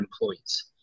employees